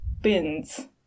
bins